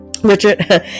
Richard